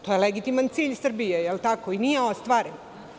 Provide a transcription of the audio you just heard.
To je legitiman cilj Srbije, a nije ostvaren.